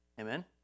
Amen